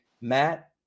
Matt